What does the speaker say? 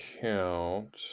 count